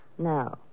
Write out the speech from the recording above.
No